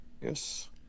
yes